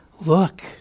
Look